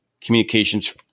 communications